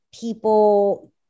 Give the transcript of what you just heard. people